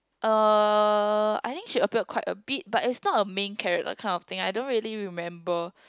uh I think she appeared quite a bit but is not a main character that kind of thing I don't really remember